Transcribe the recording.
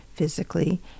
physically